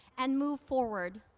and move forward.